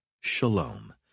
shalom